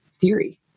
theory